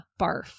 barf